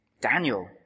Daniel